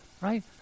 right